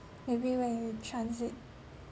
maybe when you transit